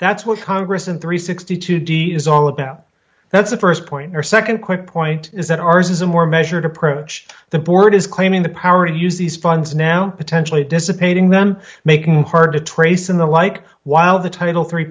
that's what congress and three hundred and sixty two d is all about that's the st point or nd quick point is that ours is a more measured approach the board is claiming the power to use these funds now potentially dissipating them making hard to trace and the like while the title three